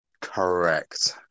correct